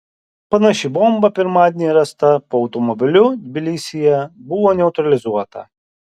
panaši bomba pirmadienį rasta po automobiliu tbilisyje buvo neutralizuota